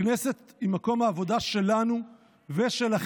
הכנסת היא מקום עבודה שלנו ושלכם.